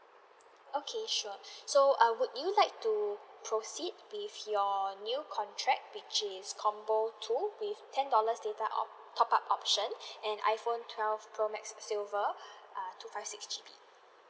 okay sure so err would you like to proceed with your new contract which is combo two with ten dollars data opt~ top up option and iphone twelve pro max silver err two five six G_B